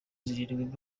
zirindwi